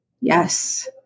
Yes